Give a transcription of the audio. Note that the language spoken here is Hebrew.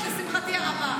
הציבור שלח אותי לכנסת.